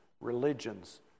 religions